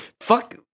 fuck